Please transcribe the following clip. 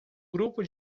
grupo